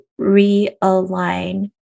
realign